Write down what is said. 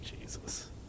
Jesus